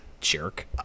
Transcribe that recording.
jerk